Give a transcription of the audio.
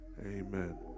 Amen